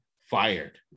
fired